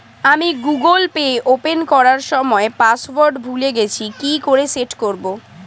আমি Google Pay open করার সময় পাসওয়ার্ড ভুলে গেছি কি করে সেট করব?